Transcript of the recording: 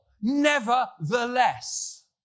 nevertheless